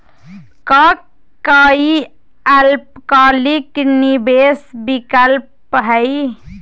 का काई अल्पकालिक निवेस विकल्प हई?